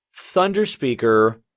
Thunderspeaker